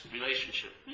relationship